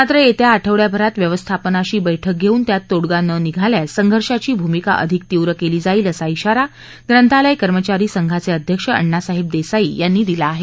मात्र येत्या आठवडाभरात व्यवस्थापनाशी बैठक घेऊन त्यात तोडगा न निघाल्यास संघर्षाची भूमिका अधिक तीव्र केली जाईल असा धिरा ग्रंथालय कर्मचारी संघाचे अध्यक्ष अण्णासाहेब देसाई यांनी दिला आहे